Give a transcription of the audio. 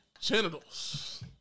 genitals